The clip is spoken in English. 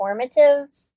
informative